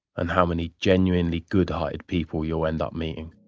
and how many genuinely good-hearted people you end up meeting.